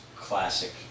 classic